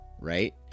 right